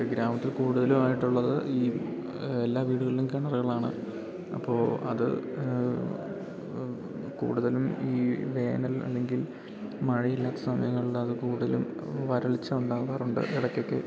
ഗ്രാമത്തിൽ കൂടുതലുവായിട്ടുള്ളത് ഈ എല്ലാ വീടുകളിലും കെണറുകളാണ് അപ്പോ അത് കൂടുതലും ഈ വേനൽ അല്ലെങ്കിൽ മഴയില്ലാത്ത സമയങ്ങളിലത് കൂടുതലും വരൾച്ച ഉണ്ടാവാറുണ്ട് എടയ്ക്കൊക്കെ